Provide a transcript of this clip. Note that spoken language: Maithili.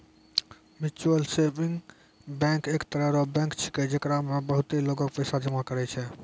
म्यूचुअल सेविंग बैंक एक तरह रो बैंक छैकै, जेकरा मे बहुते लोगें पैसा जमा करै छै